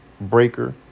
Breaker